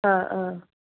ആ ആ